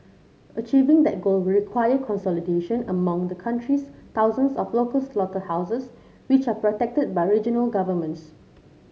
achieving that goal require consolidation among the country's thousands of local slaughterhouses which are protected by regional governments